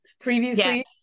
Previously